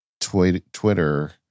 Twitter